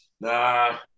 nah